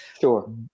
Sure